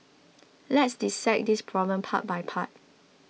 let's dissect this problem part by part